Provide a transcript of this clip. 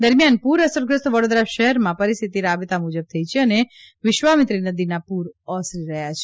દરમિયાન પુર અસરગ્રસ્ત વડોદરા શહેરમાં પરિસ્થિતિ રાબેતા મુજબ થઈ છે અને વિશ્વામીત્રી નદીના પુર ઓસરી રહયાં છે